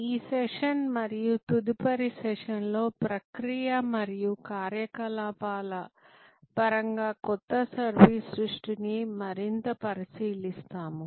ఈ సెషన్ మరియు తదుపరి సెషన్లో ప్రక్రియ మరియు కార్యకలాపాల పరంగా కొత్త సర్వీస్ సృష్టిని మరింత పరిశీలిస్తాము